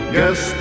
Guess